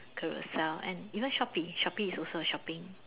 Carousell and you know Shopee Shopee is also a shopping